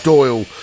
Doyle